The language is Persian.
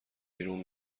بیرون